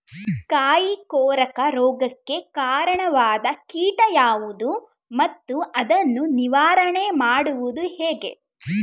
ಕಾಯಿ ಕೊರಕ ರೋಗಕ್ಕೆ ಕಾರಣವಾದ ಕೀಟ ಯಾವುದು ಮತ್ತು ಅದನ್ನು ನಿವಾರಣೆ ಮಾಡುವುದು ಹೇಗೆ?